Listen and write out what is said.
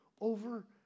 over